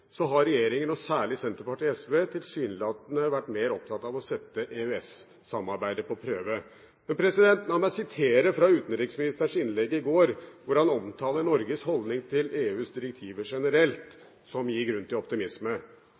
har regjeringen, og særlig Senterpartiet og SV, tilsynelatende vært mer opptatt av å sette EØS-samarbeidet på prøve. La meg sitere fra utenriksministerens innlegg i går, hvor han omtaler Norges holdning til EUs direktiver generelt, som gir grunn til optimisme: